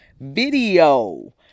Video